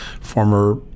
former